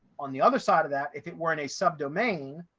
on the other side of that, if it weren't a sub domain,